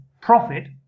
profit